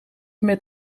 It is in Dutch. met